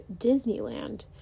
Disneyland